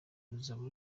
ruzaba